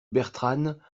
bertranne